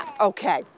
Okay